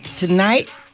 Tonight